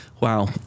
Wow